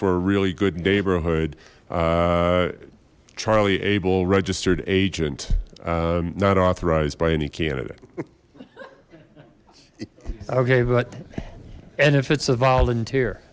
for a really good neighborhood charlie able registered agent not authorized by any candidate okay but and if it's a volunteer